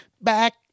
back